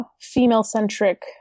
female-centric